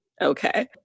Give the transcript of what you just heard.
Okay